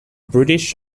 british